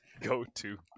go-to